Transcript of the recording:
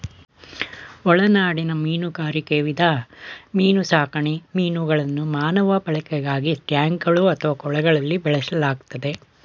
ಒಳನಾಡಿನ ಮೀನುಗಾರಿಕೆ ವಿಧ ಮೀನುಸಾಕಣೆ ಮೀನುಗಳನ್ನು ಮಾನವ ಬಳಕೆಗಾಗಿ ಟ್ಯಾಂಕ್ಗಳು ಅಥವಾ ಕೊಳಗಳಲ್ಲಿ ಬೆಳೆಸಲಾಗ್ತದೆ